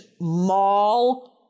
mall